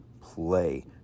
play